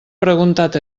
preguntat